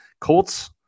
Colts